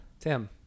Tim